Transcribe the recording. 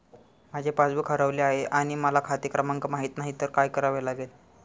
माझे पासबूक हरवले आहे आणि मला खाते क्रमांक माहित नाही तर काय करावे लागेल?